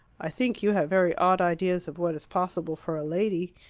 i think you have very odd ideas of what is possible for a lady.